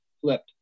flipped